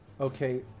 Okay